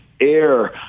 air